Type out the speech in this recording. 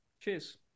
cheers